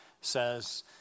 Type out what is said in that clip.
says